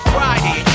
Friday